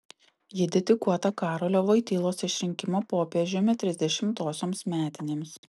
ji dedikuota karolio vojtylos išrinkimo popiežiumi trisdešimtosioms metinėms